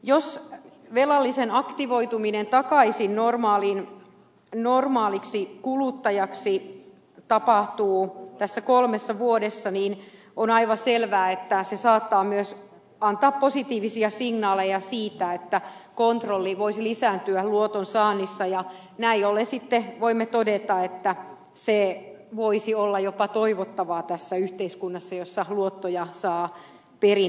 jos velallisen aktivoituminen takaisin normaaliksi kuluttajaksi tapahtuu tässä kolmessa vuodessa niin on aivan selvää että se saattaa myös antaa positiivisia signaaleja siten että kontrolli voisi lisääntyä luotonsaannissa ja näin ollen sitten voimme todeta että se voisi olla jopa toivottavaa tässä yhteiskunnassa jossa luottoja saa perin helposti